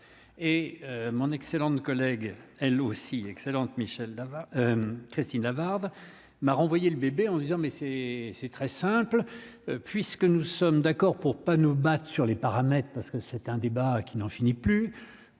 et mon excellente collègue elle aussi excellente Michel Christine Lavarde m'a renvoyé le bébé en se disant mais c'est c'est très simple, puisque nous sommes d'accord pour pas nous battre sur les paramètres, parce que c'est un débat qui n'en finit plus,